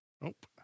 Nope